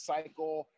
Cycle